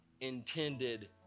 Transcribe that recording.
intended